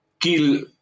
kill